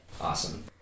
Awesome